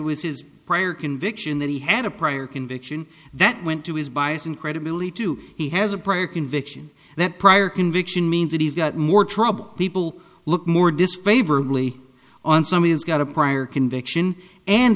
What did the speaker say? it was his prior conviction that he had a prior conviction that went to his bias and credibility to he has a prior conviction that prior conviction means that he's got more trouble people look more disfavor early on somebody has got a prior conviction and